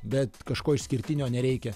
bet kažko išskirtinio nereikia